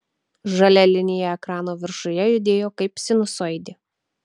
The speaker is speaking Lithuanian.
žalia linija ekrano viršuje judėjo kaip sinusoidė